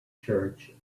church